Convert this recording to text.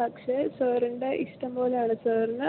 പക്ഷേ സാറിൻറെ ഇഷ്ടം പോലെയാണ് സാറിന്